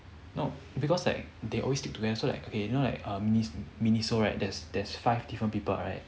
no because like they always stick together so like eh you know like err mi~ miniso right there's there's five different people right